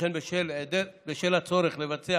וכן בשל הצורך לבצע